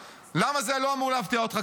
למה זה לא אמור להפתיע אותך?